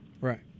right